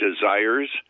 desires